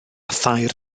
thair